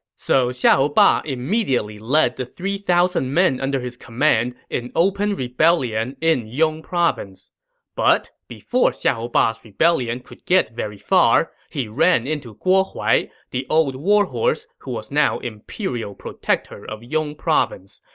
so xiahou ba immediately led the three thousand men under his command in open rebellion in yong province but, before xiahou ba's rebellion could get very far, he ran into guo huai, the old warhorse who was now imperial protector of yong province.